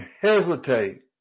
hesitate